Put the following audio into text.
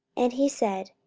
and he said,